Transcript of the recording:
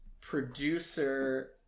producer